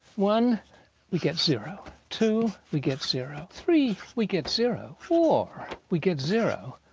one we get zero, two we get zero, three we get zero, four we get zero.